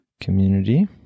Community